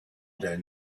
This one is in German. del